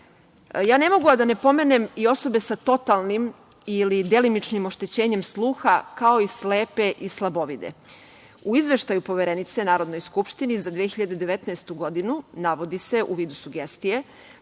Ne mogu a da ne pomenem i osobe sa totalnim ili delimičnim oštećenjem sluha, kao i slepe i slabovide. U izveštaju Poverenice Narodnoj skupštini za 2019. godinu navodi se, u vidu sugestije,